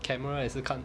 camera 也是看